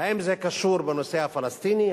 האם זה קשור בנושא הפלסטיני?